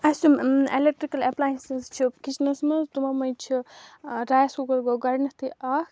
اَسہِ یِم electrical appliances چھِ کِچنَس منٛز تِمو منٛز چھِ رایِس کُکَر گوٚو گۄڈٕنٮ۪تھٕے اَکھ